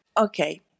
Okay